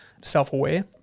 self-aware